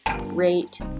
rate